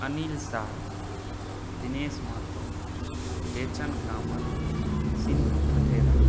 Anil Sah Dinesh Mahto Bechan Kamat Sintu Thathera